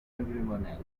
everyone